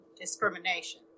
Discrimination